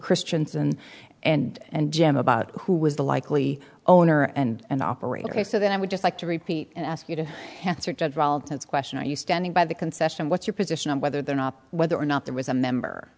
christianson and and jim about who was the likely owner and operator if so then i would just like to repeat and ask you to answer that question are you standing by the concession what's your position on whether they're not whether or not there was a member